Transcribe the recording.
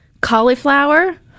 Cauliflower